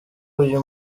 uyu